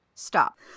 stop